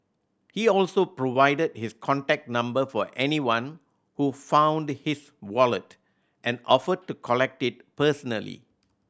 he also provided his contact number for anyone who found his wallet and offered to collect it personally